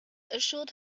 assured